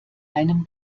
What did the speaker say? einem